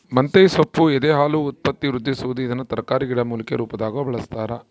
ಮಂತೆಸೊಪ್ಪು ಎದೆಹಾಲು ಉತ್ಪತ್ತಿವೃದ್ಧಿಸುವದು ಇದನ್ನು ತರಕಾರಿ ಗಿಡಮೂಲಿಕೆ ರುಪಾದಾಗೂ ಬಳಸ್ತಾರ